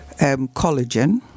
collagen